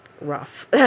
rough